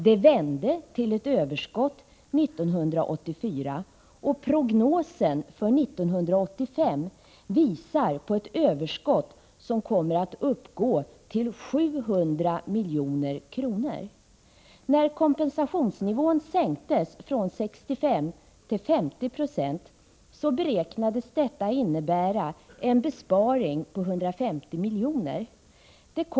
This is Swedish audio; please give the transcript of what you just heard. Detta vände till ett överskott 1984, och prognosen för 1985 visar på ett överskott som kommer att uppgå till 700 milj.kr. När kompensationsnivån sänktes från 65 till 50 96, beräknades detta innebära en besparing på 150 milj.kr.